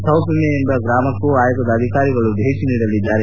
ತೌಫೆಮಾ ಎಂಬ ಗ್ರಾಮಕ್ಕೂ ಆಯೋಗದ ಅಧಿಕಾರಿಗಳು ಭೇಟಿ ನೀಡಲಿದ್ದಾರೆ